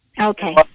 Okay